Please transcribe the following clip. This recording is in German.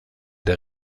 der